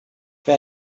wer